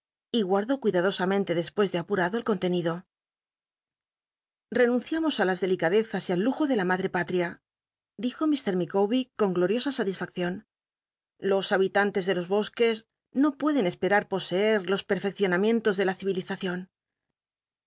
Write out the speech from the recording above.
y u wdó cuidado ameute despues de t urado el contenido henunciamos ti las d lic tdezas y al lujo de la madre pall'ia dijo ir micawbcr con loriosa salisfaccion los habitantes de los bosques no pueden esperar poseer los perfeccionamientos de la